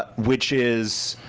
ah which is